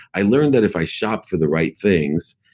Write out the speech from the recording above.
i learned that if i shopped for the right things,